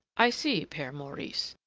i see, pere maurice,